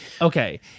Okay